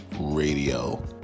Radio